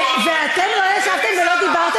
יום הולדת שעלה מיליונים, למי זה עלה?